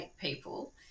people